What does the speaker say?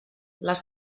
les